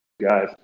guys